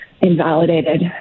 invalidated